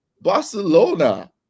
Barcelona